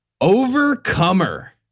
Overcomer